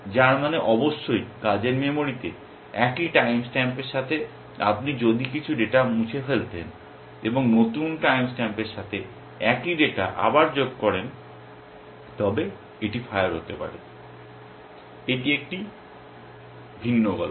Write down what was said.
যার মানে অবশ্যই কাজের মেমরিতে একই টাইম স্ট্যাম্পের সাথে আপনি যদি কিছু ডেটা মুছে ফেলতেন এবং নতুন টাইম স্ট্যাম্পের সাথে একই ডেটা আবার যোগ করেন তবে এটি ফায়ার হতে পারে এটি একটি ভিন্ন গল্প